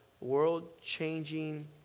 world-changing